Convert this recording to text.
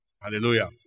Hallelujah